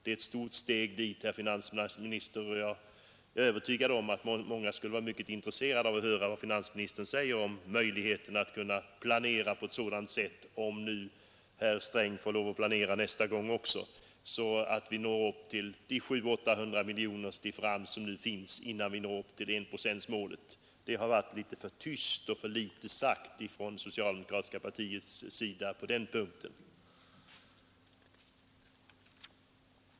Det är ett stort steg dit, herr finansminister, och jag är övertygad om att många skulle vara intresserade av att höra vad finansministern säger om möjligheten att kunna planera på ett sådant sätt — om nu herr Sträng får lov att planera nästa gång också — att vi kan avsätta de 700—800 miljoner som utgör differensen mellan de nuvarande insatserna och enprocentsmålet. Det har sagts för litet från det socialdemokratiska partiets sida på den punkten.